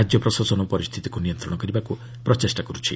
ରାଜ୍ୟ ପ୍ରଶାସନ ପରିସ୍ଥିତିକୁ ନିୟନ୍ତ୍ରଣ କରିବାକୁ ପ୍ରଚେଷ୍ଟା କରୁଛି